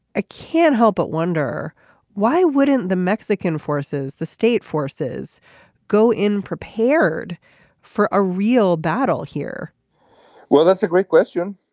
i can't help but wonder why wouldn't the mexican forces the state forces go in prepared for a real battle here well that's a great question.